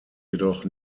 jedoch